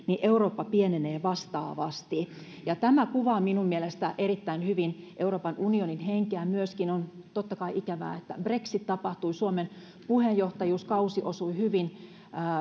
niin eurooppa pienenee vastaavasti tämä kuvaa minun mielestäni erittäin hyvin euroopan unionin henkeä on totta kai ikävää että brexit tapahtui ja suomen puheenjohtajuuskausi osui hyvin